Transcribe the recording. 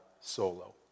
solo